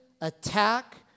attack